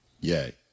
Yay